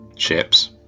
Ships